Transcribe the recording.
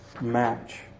match